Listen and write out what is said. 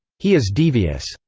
he is devious.